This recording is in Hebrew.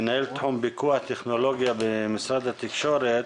מנהל תחום פיקוח טכנולוגיה במשרד התקשורת.